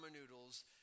noodles